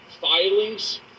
filings